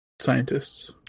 scientists